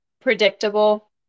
predictable